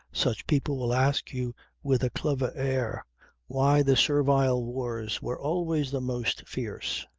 such people will ask you with a clever air why the servile wars were always the most fierce,